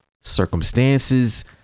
circumstances